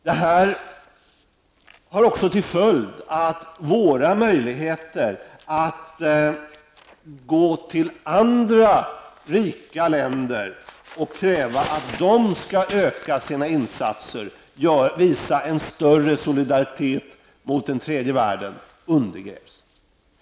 Det här får till följd också att våra möjligheter att gå till andra rika länder och kräva att de skall öka sina insatser och visa en större solidaritet med tredje världen urgröps.